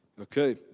Okay